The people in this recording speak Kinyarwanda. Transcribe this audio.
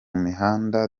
mihanda